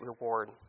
reward